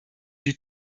die